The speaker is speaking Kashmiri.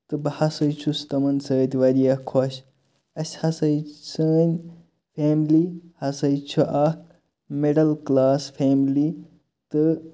تہٕ بہٕ ہَسا چھُس تمن سۭتۍ واریاہ خۄش اَسہِ ہَسا سٲنٛۍ فیملی ہَسا چھُ اکھ مِڈل کلاس فیملی تہٕ